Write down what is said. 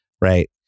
right